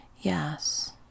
Yes